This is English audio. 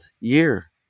year